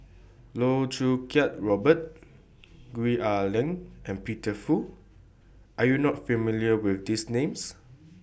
Loh Choo Kiat Robert Gwee Ah Leng and Peter Fu Are YOU not familiar with These Names